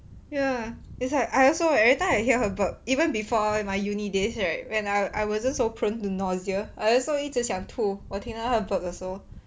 ya it's like I also every time I hear her burp even before my uni days right when I I wasn't so prone to nausea I also 一直想吐我听到他 burp 的时候